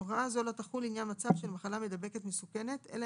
הוראה זו לא תחול לעניין מצב של מחלה מידבקת מסוכנת אלא